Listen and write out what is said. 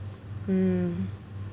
mm